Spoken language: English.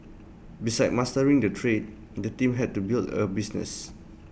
besides mastering the trade the team had to build A business